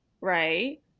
right